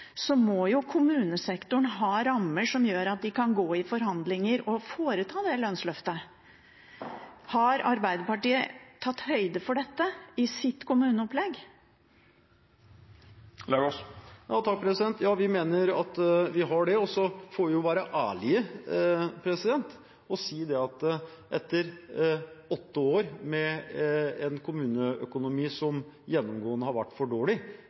må kommunesektoren ha rammer som gjør at de kan gå i forhandlinger og foreta dette lønnsløftet. Har Arbeiderpartiet tatt høyde for dette i sitt kommuneopplegg? Ja, vi mener vi har det. Så må vi være ærlige og si at etter åtte år med en kommuneøkonomi som gjennomgående har vært for dårlig,